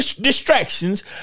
distractions